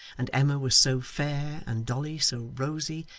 and emma was so fair, and dolly so rosy,